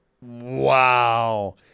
Wow